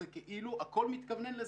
זה כאילו הכול מתכוונן לזה.